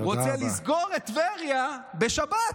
רוצה לסגור את טבריה בשבת.